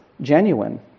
genuine